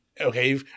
okay